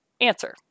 Answer